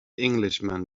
englishman